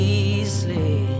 easily